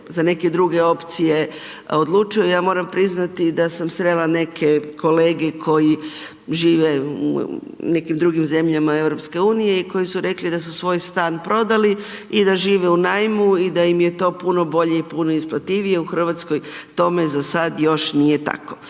za neke druge opcije odlučuje. Ja moram priznati, da sam srela neke kolege koji žive u nekim drugim zemljama EU i koji su rekli da su svoj stan prodali i da žive u najmu i da im je to puno bolje i puno isparljivije, u Hrvatskoj, tome za sada još nije tako.